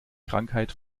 krankheit